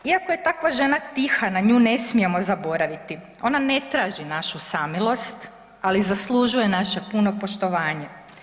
Iako je takva žena tiha na nju ne smijemo zaboraviti, ona ne traži našu samilost, ali zaslužuje naše puno poštovanje.